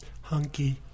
Hunky